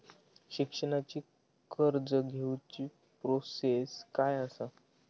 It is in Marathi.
शिक्षणाची कर्ज घेऊची प्रोसेस काय असा?